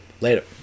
Later